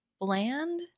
bland